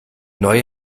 neue